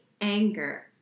anger